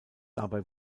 dabei